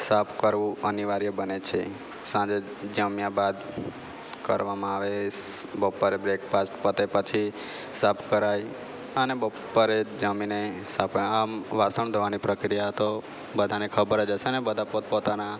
સાફ કરવું અનિવાર્ય બને છે સાંજે જમ્યા બાદ કરવામાં આવે બપોરે બ્રેકફાસ્ટ પતે પછી સાફ કરાય અને બપોરે જમીને સાફ કરે આમ વાસણ ધોવાની પ્રક્રિયા તો બધાને ખબર જ હશે બધાં પોતપોતના